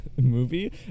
movie